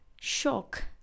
shock